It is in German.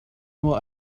nur